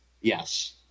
Yes